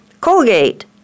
Colgate